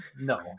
no